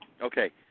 Okay